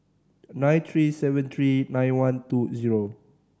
nine three seven three nine one two zero